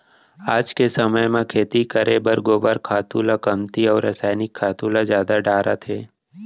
आज के समे म खेती करे बर गोबर खातू ल कमती अउ रसायनिक खातू ल जादा डारत हें